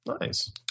Nice